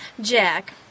Jack